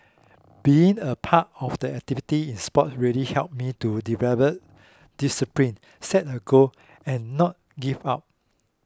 being a part of the activity in sport really helped me to develop discipline set a goal and not give up